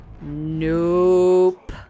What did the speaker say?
Nope